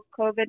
COVID